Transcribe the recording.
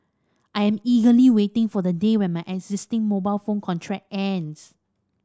I am eagerly waiting for the day when my existing mobile phone contract ends